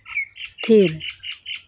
ᱛᱷᱤᱨ